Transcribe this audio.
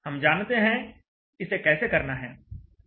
हम जानते हैं इसे कैसे करना है